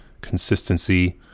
Consistency